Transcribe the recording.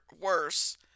worse